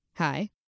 Hi